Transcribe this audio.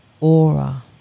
aura